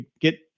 get